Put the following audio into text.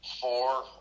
four